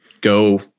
go